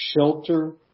shelter